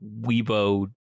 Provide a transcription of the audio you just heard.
Weibo